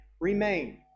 Remain